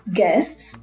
guests